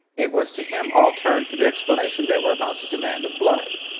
it was to him all turned for the explanation they were about to demand of blood.